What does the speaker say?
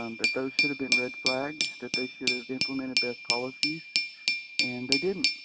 um that those should have been red flags, that they should have implemented better policies and they didn't,